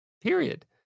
period